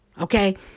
Okay